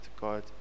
God